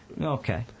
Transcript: Okay